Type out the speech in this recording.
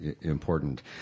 important